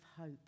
hope